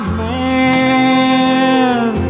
man